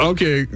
Okay